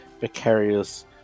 vicarious